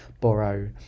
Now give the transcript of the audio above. borrow